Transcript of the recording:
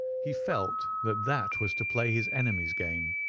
he felt that that was to play his enemy's game,